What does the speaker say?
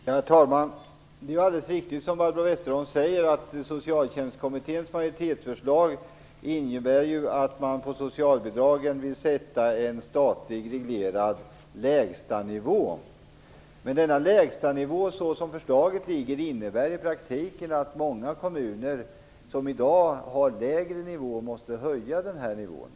Herr talman! Det är alldeles riktigt som Barbro Westerholm säger att Socialtjänstkommitténs majoritetsförslag innebär att man vill sätta en statligt reglerad lägsta nivå på socialbidragen. Som förslaget föreligger innebär denna lägsta nivå i praktiken att många kommuner som i dag har lägre nivå måste höja sin nivå.